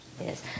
Yes